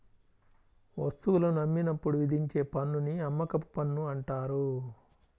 వస్తువులను అమ్మినప్పుడు విధించే పన్నుని అమ్మకపు పన్ను అంటారు